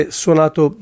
suonato